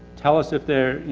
tell us if their,